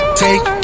take